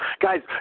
Guys